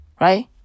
Right